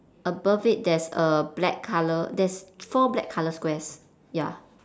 above it there's a black colour there's four black colour squares ya